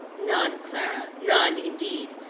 none, clara none, indeed!